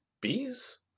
Bees